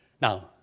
Now